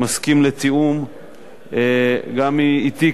מסכים לתיאום גם אתי,